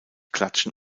klatschen